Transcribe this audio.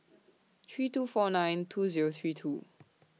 three two four nine two Zero three two